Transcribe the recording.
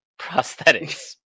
prosthetics